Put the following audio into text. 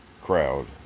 crowd